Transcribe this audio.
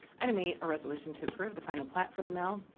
and to meet a resolution to approve the final plat for the mill.